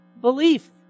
belief